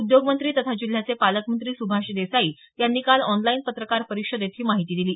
उद्योगमंत्री तथा जिल्ह्याचे पालकमंत्री सुभाष देसाई यांनी काल ऑनलाईन पत्रकार परिषदेत ही माहिती दिली